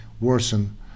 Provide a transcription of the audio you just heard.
worsen